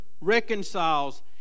reconciles